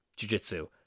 jujitsu